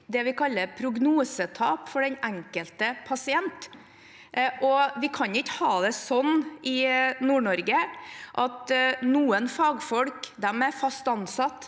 det vi kaller prognosetap for den enkelte pasient. Vi kan ikke ha det sånn i Nord-Norge at noen fagfolk er fast ansatt,